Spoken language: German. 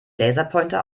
laserpointer